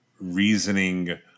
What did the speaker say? reasoning